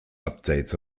updates